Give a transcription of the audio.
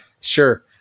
sure